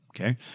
okay